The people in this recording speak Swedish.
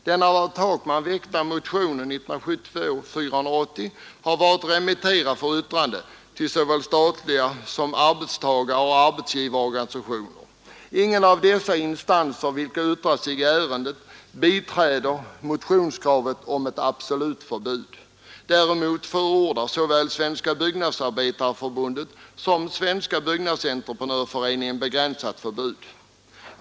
Den av herr Takman väckta motionen 480 har varit remitterad för yttrande till såväl statliga organ som till arbetstagaroch arbetsgivarorganisationer. Ingen av de instanser som yttrat sig i ärendet biträder motionskravet om ett absolut förbud. Däremot förordar såväl Svenska byggnadsarbetareförbundet som Svenska byggnadsentreprenörföreningen begränsat förbud.